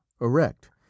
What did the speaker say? erect